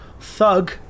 Thug